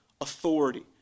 authority